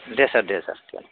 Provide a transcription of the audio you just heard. दे सार दे सार